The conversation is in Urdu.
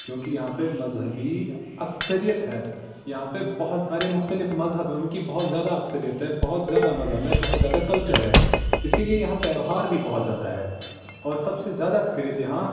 کیونکہ یہاں پہ مذہبی اکثریت ہے یہاں پہ بہت سارے مختلف مذہب ہیں ان کی بہت زیادہ اکثریت ہے بہت زیادہ مذہب ہے بہت زیادہ کلچر ہے اسی لیے یہاں تہوار بھی بہت زیادہ ہے اور سب سے زیادہ اکثریت یہاں